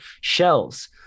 shells